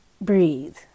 breathe